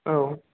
औ